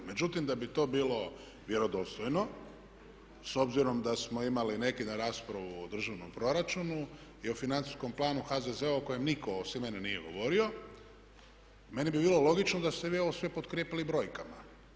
Međutim, da bi to bilo vjerodostojno s obzirom da smo imali neki dan raspravu o državnom proračunu i o Financijskom planu HZZO-a o kojem nitko osim mene nije govorio, meni bi bilo logično da ste vi ovo sve potkrijepili brojkama.